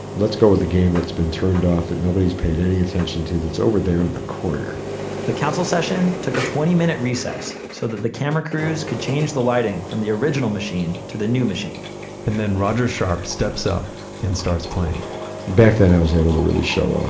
let's go with the game that's been turned off that nobody's paid any attention to that's over there in the corner the council session took a twenty minute recess so that the camera crews could change the lighting from the original machine to the new machine and then roger sharpe steps up and starts playing back then i was able to really show off,